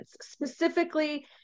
specifically